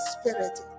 Spirit